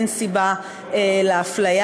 לתינוקת,